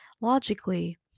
logically